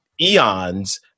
eons